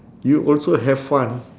you also have fun